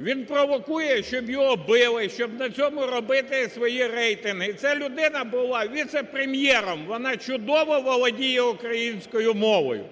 Він провокує, щоб його били, щоб на цьому робити свої рейтинги, і ця людина була віце-прем'єром, вона чудово володіє українською мовою,